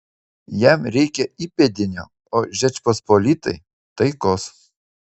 jam reikia įpėdinio o žečpospolitai taikos